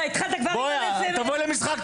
התחלת כבר --- תבואי למשחק,